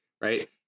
Right